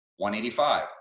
185